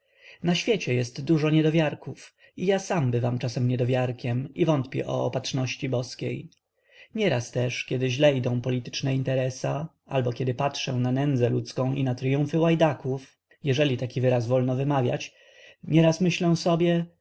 na świecie jest dużo niedowiarków i ja sam bywam czasami niedowiarkiem i wątpię o opatrzności boskiej nieraz też kiedy źle idą polityczne interesa albo kiedy patrzę na nędzę ludzką i na tryumfy łajdaków jeżeli taki wyraz wolno wymawiać nieraz myślę sobie